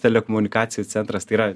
telekomunikacijų centras tai yra